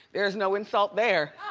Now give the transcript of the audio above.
there's no insult there.